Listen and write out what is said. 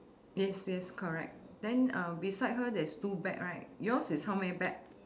yes yes correct then uh beside her there is two bag right yours is how many bag